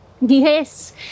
Yes